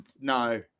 No